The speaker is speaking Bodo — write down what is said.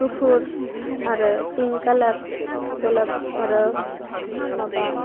गुफुर आरो पिं कालार गलाब आरो माबा